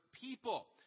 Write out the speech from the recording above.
people